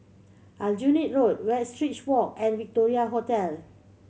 Aljunied Road Westridge Walk and Victoria Hotel